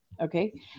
okay